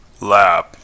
lab